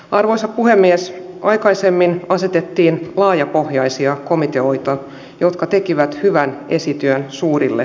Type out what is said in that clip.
kiitokset vain ystäville jotka ovat tästä asiasta ottaneet kantaa ja keskustelleet kanssani